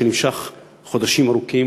שנמשך חודשים ארוכים,